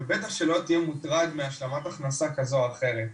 ובטח שלא תהיה מוטרד מהשלמת הכנסה כזו או אחרת.